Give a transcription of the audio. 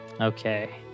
okay